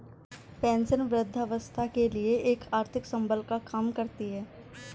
pension वृद्धावस्था के लिए एक आर्थिक संबल का काम करती है